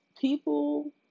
people